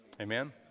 Amen